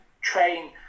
train